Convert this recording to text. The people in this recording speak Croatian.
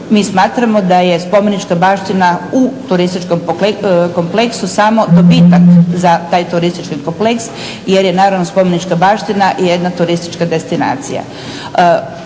mi smatramo da je spomenička baština u turističkom kompleksu samo dobitak za taj turistički kompleks, jer je naravno spomenička baština jedna turistička destinacija.